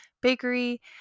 Bakery